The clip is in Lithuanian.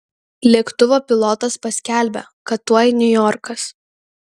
lėktuvo pilotas paskelbia kad tuoj niujorkas